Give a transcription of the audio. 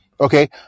Okay